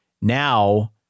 Now